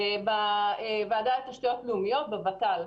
בוועדה לתשתיות לאומיות, בוות"ל.